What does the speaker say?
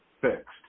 fixed